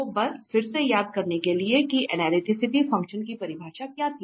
तो बस फिर से याद करने के लिए कि एनालिटिक फ़ंक्शन की परिभाषा क्या थी